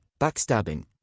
backstabbing